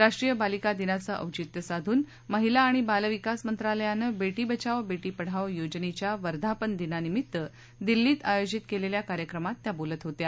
राष्ट्रीय बालिका दिनाचं औचित्य साधून माहिला आणि बालविकास मंत्रालयानं वेटी बचाओ बेटी पढाओ योजनेच्या वर्धापनदिनानिमित्त दिल्लीत आयोजित केलेल्या कार्यक्रमात त्या बोलत होत्या